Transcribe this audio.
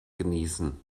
genießen